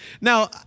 Now